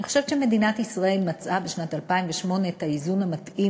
אני חושבת שמדינת ישראל מצאה בשנת 2008 את האיזון המתאים